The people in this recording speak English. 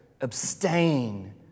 abstain